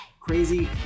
crazy